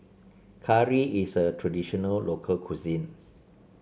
curry is a traditional local cuisine